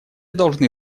должны